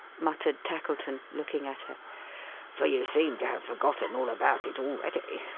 muttered tackleton, looking at her for you seem to have forgotten all about it, already.